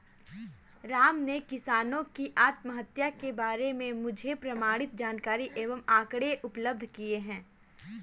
राम ने भारत में किसानों की आत्महत्या के बारे में मुझे प्रमाणित जानकारी एवं आंकड़े उपलब्ध किये